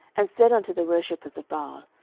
and said unto the worshippers of baal,